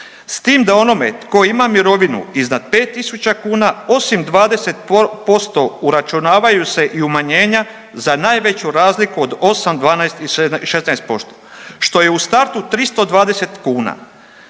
s tim da onome tko ima mirovinu iznad 5.000 kuna osim 20% uračunavaju se i umanjenja za najveću razliku od 8, 12 i 16%, što je u startu 320 kuna.